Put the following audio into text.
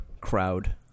crowd